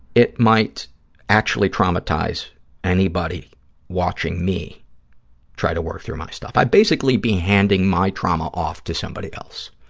it might actually traumatize anybody watching me try to work through my stuff. i'd basically be handing my trauma off to somebody else.